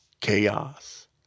chaos